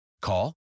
Call